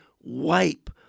wipe